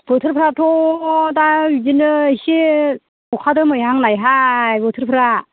बोथोरफ्राथ' दा बिदिनो एसे अखा दोमैहांनाय हाय बोथोरफ्रा